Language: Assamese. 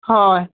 হয়